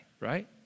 right